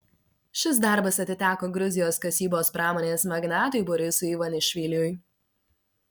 šis darbas atiteko gruzijos kasybos pramonės magnatui borisui ivanišviliui